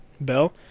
Bell